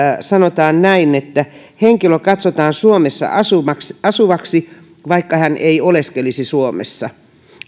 sanotaan näin että henkilö katsotaan suomessa asuvaksi asuvaksi vaikka hän ei oleskelisi suomessa